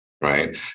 right